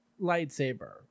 lightsaber